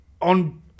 on